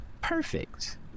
perfect